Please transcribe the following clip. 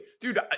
Dude